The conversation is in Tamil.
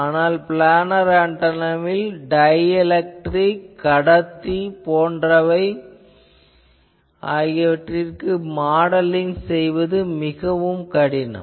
ஆனால் ப்ளானார் ஆன்டெனாவில் டைஎலெக்ட்ரிக் கடத்தி போன்றவற்றிற்கு மாதிரிகள் கண்டறிவது கடினம்